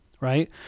right